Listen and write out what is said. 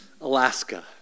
Alaska